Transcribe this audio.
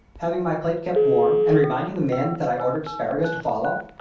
having my plate kept warm and reminding the man that i ordered asparagus to follow?